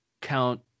Count